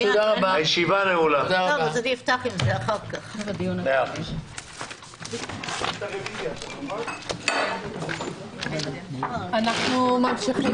הישיבה ננעלה בשעה 11:20.